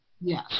Yes